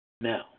Now